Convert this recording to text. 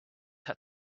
had